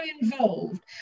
involved